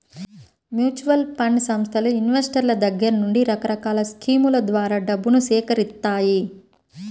mutual fund సంస్థలు ఇన్వెస్టర్ల దగ్గర నుండి రకరకాల స్కీముల ద్వారా డబ్బును సేకరిత్తాయి